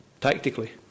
tactically